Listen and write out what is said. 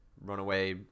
runaway